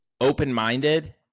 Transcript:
open-minded